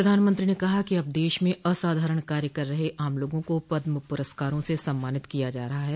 प्रधानमंत्री ने कहा कि अब देश में असाधारण कार्य कर रहे आम लोगों को पद्म पुरस्कारों से सम्मानित किया जा रहा है